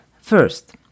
First